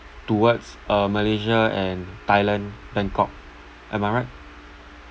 towards uh malaysia and thailand bangkok am I right